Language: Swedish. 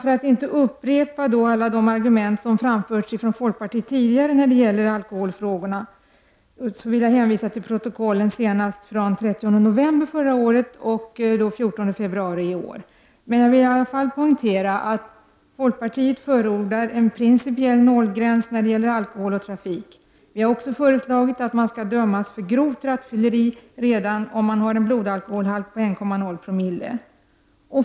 För att inte upprepa alla de argument som framförts tidigare från folkpartiet när det gäller alkoholfrågorna vill jag hänvisa till debattprotokollen, senast från den 30 november förra året och den 14 februari i år. Jag vill dock poängtera att folkpartiet förordar en principiell nollgräns när det gäller alkohol och trafik. Vi har också föreslagit att man skall dömas för grovt rattfylleri redan när man har en blodalkoholhalt på 1,0 Ze.